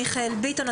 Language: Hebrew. מיכאל ביטון.